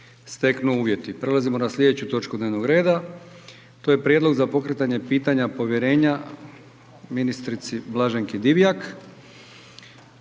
Milijan (HDZ)** Prelazimo na slijedeću točku dnevnog reda, to je: - Prijedlog za pokretanje pitanja povjerenja Blaženki Divjak,